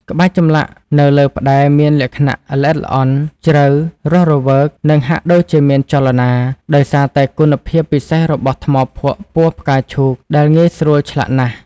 ក្បាច់ចម្លាក់នៅលើផ្តែរមានលក្ខណៈ ល្អិតល្អន់ ជ្រៅ រស់រវើក និងហាក់ដូចជាមានចលនា ដោយសារតែគុណភាពពិសេសរបស់ថ្មភក់ពណ៌ផ្កាឈូកដែលងាយស្រួលឆ្លាក់ណាស់។